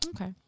Okay